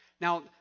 Now